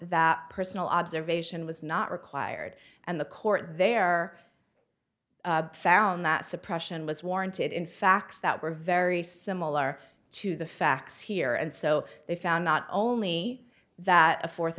that personal observation was not required and the court there found that suppression was warranted in facts that were very similar to the facts here and so they found not only that a fourth